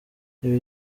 ibi